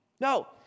No